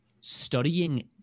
studying